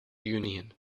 union